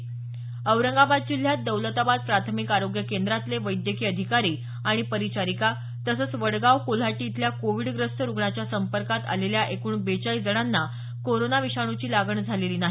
दरम्यान औरंगाबाद जिल्ह्यात दौलताबाद प्राथमिक आरोग्य केंद्रातले वैद्यकीय अधिकारी आणि परिचारिका तसंच वडगाव कोल्हाटी इथल्या कोविडग्रस्त रुग्णाच्या संपर्कात आलेल्या एकूण बेचाळीस जणांना कोरोना विषाणूची लागण झालेली नाही